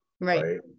right